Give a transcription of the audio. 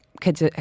kids